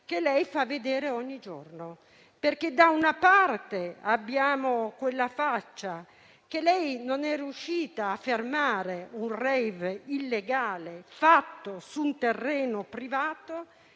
che lei fa vedere ogni giorno. Da una parte ha mostrato una faccia quando non è riuscita a fermare un *rave* illegale fatto su un terreno privato